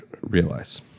realize